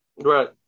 Right